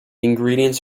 ingredients